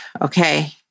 okay